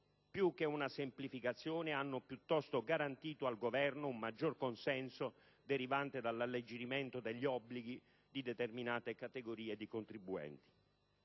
più che una semplificazione, ha piuttosto garantito al Governo un maggiore consenso derivante dall'alleggerimento degli obblighi di determinate categorie di contribuenti.